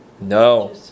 No